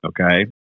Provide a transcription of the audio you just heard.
okay